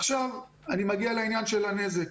עכשיו אני מגיע לעניין של הנזק.